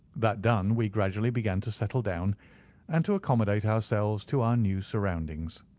that done, we gradually began to settle down and to accommodate ourselves to our new surroundings.